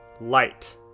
light